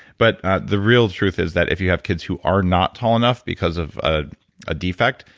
but the real truth is that if you have kids who are not tall enough because of a ah defect,